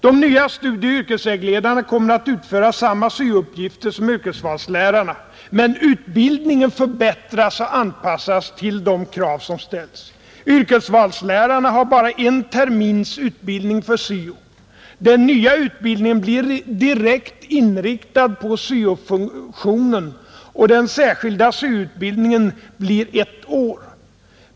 De nya studieoch yrkesvägledarna kommer att utföra samma syo-uppgifter som yrkesvalslärarna, men utbildningen förbättras och anpassas till de krav som ställs. Yrkesvalslärarna har bara en termins utbildning för syo. Den nya utbildningen blir direkt inriktad på syo-funktionen, och den särskilda syo-utbildningen blir ett år.